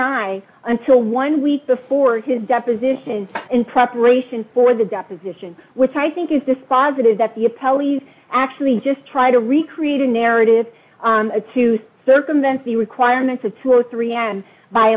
i until one week before his deposition in preparation for the deposition which i think is dispositive that the appellee actually just try to recreate a narrative to circumvent the requirements of two or three and by